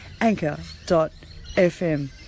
anchor.fm